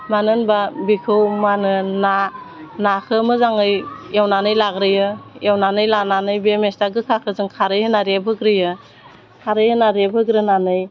मानो होनबा बिखौ मा होनो ना नाखो मोजाङै एवनानै लाग्रोयो एवनानै लानानै बे मेस्था गोखाखौ जों खारै होना रेबहोग्रोयो खारै होना रेबहोग्रोनानै